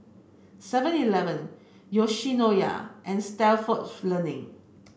Seven eleven Yoshinoya and Stalford Learning